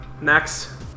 Next